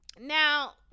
Now